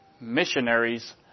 missionaries